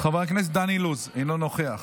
חבר הכנסת דן אילוז, אינו נוכח.